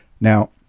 Now